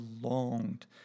longed